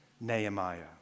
Nehemiah